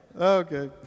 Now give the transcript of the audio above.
Okay